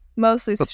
Mostly